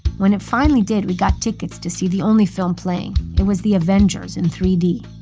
when it finally did, we got tickets to see the only film playing. it was the avengers in three d.